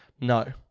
No